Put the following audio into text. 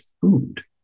food